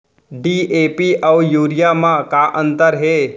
DAP अऊ urea म का अंतर हे?